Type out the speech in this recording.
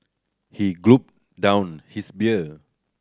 he gulped down his beer